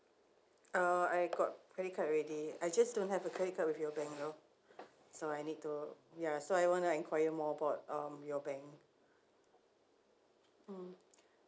uh I got credit card already I just don't have a credit card with your bank lor so I need to ya so I want to inquire more about um your bank mm